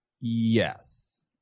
yes